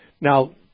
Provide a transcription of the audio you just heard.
Now